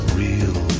real